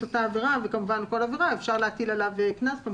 אותה עבירה וכמובן בכל עבירה אפשר להטיל עליו קנס.